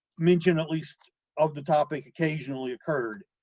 mention at least of the topic occasionally occurred,